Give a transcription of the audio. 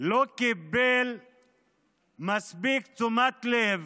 לא קיבל מספיק תשומת לב